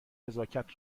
نزاکت